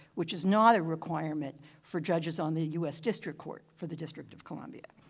which is not a requirement for judges on the u s. district court for the district of columbia.